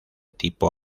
tipo